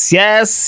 yes